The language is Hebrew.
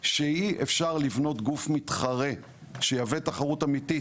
שאי אפשר לבנות גוף מתחרה שיהווה תחרות אמיתי.